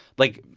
like.